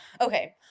okay